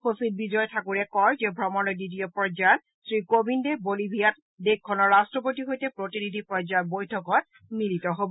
সচিব বিজয় ঠাকুৰে কয় যে ভ্ৰমণৰ দ্বিতীয় পৰ্যায়ত শ্ৰীকোৱিন্দে বলিভিয়াত দেশখনৰ ৰাষ্টপতিৰ সৈতে প্ৰতিনিধি পৰ্যায়ৰ বৈঠকত মিলিত হ'ব